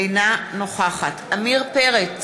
אינה נוכחת עמיר פרץ,